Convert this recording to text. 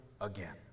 again